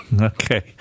Okay